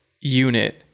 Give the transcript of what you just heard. unit